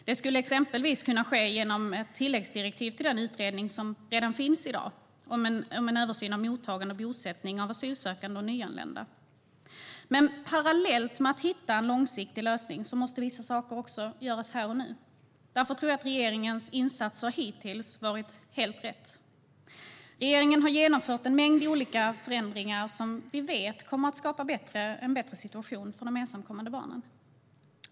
Det skulle exempelvis kunna ske genom ett tilläggsdirektiv till den utredning som redan finns, om en översyn av mottagande och bosättning av asylsökande och nyanlända. Men parallellt med att man hittar en långsiktig lösning måste vissa saker göras här och nu. Därför tror jag att regeringens insatser hittills har varit helt rätt. Regeringen har genomfört en mängd olika förändringar som vi vet kommer att skapa en bättre situation för de ensamkommande barnen.